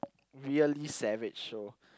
really savage so